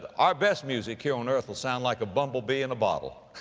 our best music here on earth will sound like a bumble bee in a bottle,